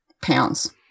pounds